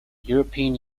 european